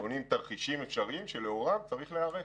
נידונים תרחישים שונים שלאורם צריך להיערך.